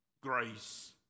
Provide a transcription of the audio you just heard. grace